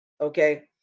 Okay